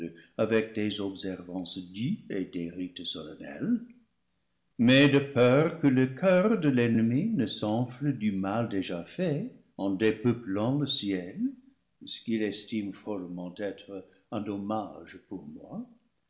avec des observances dues et des rites solennels mais de peur que le coeur de l'en nemi ne s'enfle du mal déjà fait en dépeuplant le ciel ce qu'il estime follement être un dommage pour moi